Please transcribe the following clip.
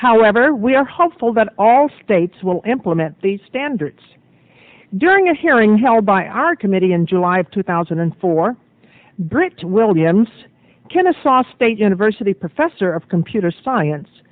however we are hopeful that all states will implement these standards during a hearing held by our committee in july of two thousand and four bricked williams kennesaw state university professor of computer science